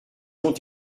ont